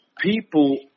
people